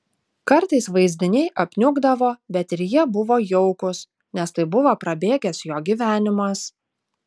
kartais vaizdiniai apniukdavo bet ir jie buvo jaukūs nes tai buvo prabėgęs jo gyvenimas